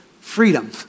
freedom